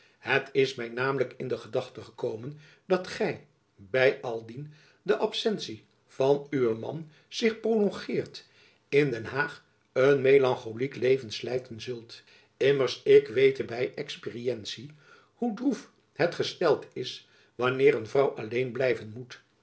het is my namelijck in de gedachte gecomen dat ghy byaldien de absentie van ve man sich prolongueert in den haagh een melancholiek leven slijten sult immers ick wete by experientie hoe drouf het gestelt is wanneer een vrouw alleen blijven moet